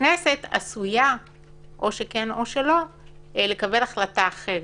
הכנסת עשויה לקבל החלטה אחרת.